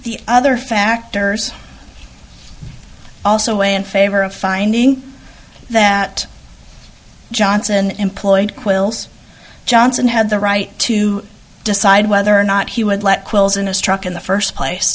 the other factors also weigh in favor of finding that johnson employed quill's johnson had the right to decide whether or not he would let quills in a struct in the first place